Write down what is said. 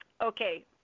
Okay